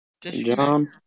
John